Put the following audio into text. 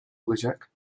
olacak